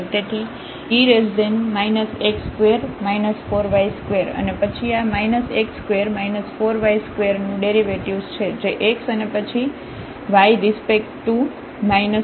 તેથી e x2 4y2 અને પછી આ x2 4y2 નું ડેરિવેટિવ્ઝ જે x અને પછી વિય રિસ્પેક્ટ ટુ 2 x હશે